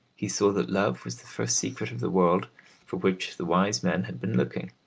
he saw that love was the first secret of the world for which the wise men had been looking,